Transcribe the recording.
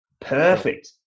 Perfect